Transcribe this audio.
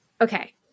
Okay